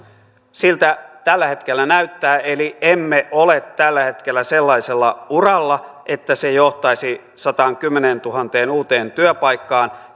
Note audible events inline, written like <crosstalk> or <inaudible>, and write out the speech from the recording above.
siltä tällä hetkellä näyttää eli emme ole tällä hetkellä sellaisella uralla että se johtaisi sataankymmeneentuhanteen uuteen työpaikkaan <unintelligible>